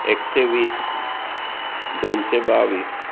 एकशें वीस दोनशें बावीस